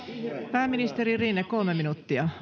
pääministeri rinne kolme minuuttia